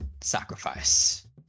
sacrifice